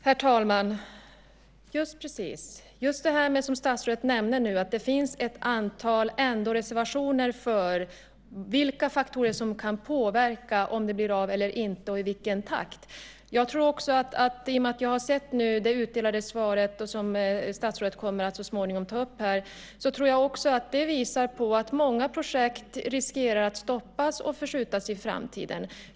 Herr talman! Just precis. Statsrådet nämnde nu att det ändå finns ett antal reservationer för faktorer som kan påverka om det blir av eller inte och i vilken takt. Jag har nu sett det utdelade interpellationssvaret som statsrådet så småningom kommer att läsa upp här, och det visar på att många projekt riskerar att stoppas eller skjutas på framtiden.